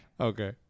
Okay